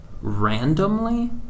randomly